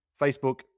Facebook